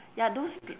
ya those